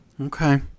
okay